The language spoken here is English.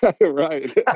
Right